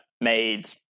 made